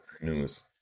news